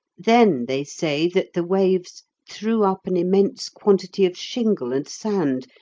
then they say that the waves threw up an immense quantity of shingle and sand,